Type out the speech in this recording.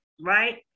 right